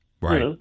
Right